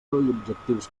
objectius